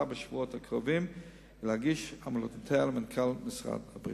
בשבועות הקרובים ולהגיש המלצותיה למנכ"ל משרד הבריאות.